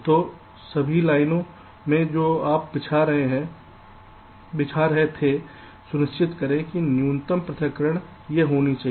तो सभी लाइनों में जो आप बिछा रहे थे सुनिश्चित करें कि न्यूनतम पृथक्करण यह होनी चाहिए